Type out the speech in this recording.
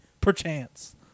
Perchance